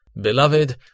Beloved